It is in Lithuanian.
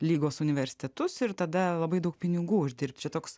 lygos universitetus ir tada labai daug pinigų uždirbt čia toks